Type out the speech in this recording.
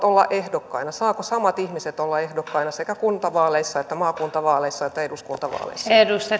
olla ehdokkaina saavatko samat ihmiset olla ehdokkaina sekä kuntavaaleissa että maakuntavaaleissa että eduskuntavaaleissa